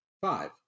Five